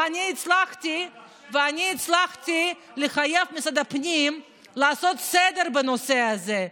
ואני הצלחתי לחייב את משרד הפנים לעשות סדר בנושא הזה,